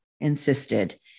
insisted